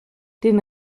den